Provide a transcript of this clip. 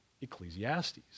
Ecclesiastes